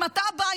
אם אתה בא,